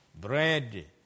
bread